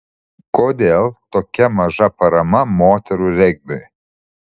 kodėl tokia maža parama moterų regbiui